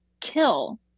kill